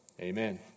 Amen